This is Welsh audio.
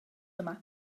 yma